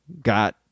got